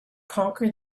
conquer